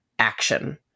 action